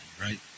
right